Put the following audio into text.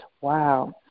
Wow